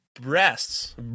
breasts